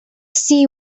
see